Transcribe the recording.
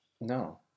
No